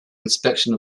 inspection